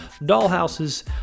dollhouses